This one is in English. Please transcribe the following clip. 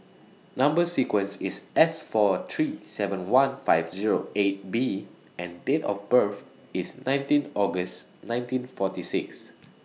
Number sequence IS S four three seven one five Zero eight B and Date of birth IS nineteen August nineteen forty six